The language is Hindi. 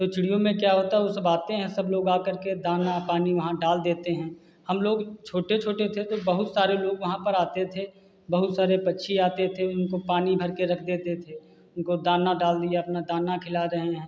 तो चिड़ियों में क्या होता है वह सब आते हैं सब लोग आ करके दाना पानी यहाँ डाल देते हैं हम लोग छोटे छोटे थे तो बहुत सारे लोग यहाँ पर आते थे बहुत सारे पक्षी आते थे उनको पानी भर कर रख देते थे उनको दाना डाल दिया अपना दाना खिला रहे हैं